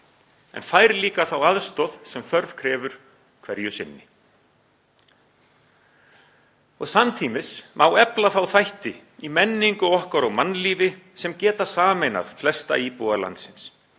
en fær líka þá aðstoð sem þörf krefur hverju sinni. Samtímis má efla þá þætti í menningu okkar og mannlífi sem geta sameinað flesta íbúa landsins.